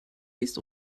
siehst